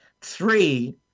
Three